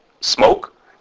smoke